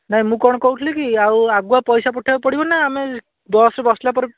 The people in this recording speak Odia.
ନାହିଁ ମୁଁ କ'ଣ କହୁଥିଲି କି ଆଉ ଆଗୁଆ ପଇସା ପଠାଇବାକୁ ପଡ଼ିବନା ନା ଆମେ ବସ୍ରେ ବସିଲା ପରେ